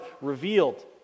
revealed